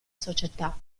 società